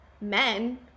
Men